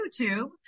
YouTube